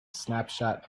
snapshot